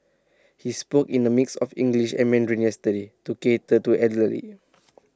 he spoke in A mix of English and Mandarin yesterday to cater to elderly